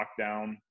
lockdown